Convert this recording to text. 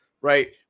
right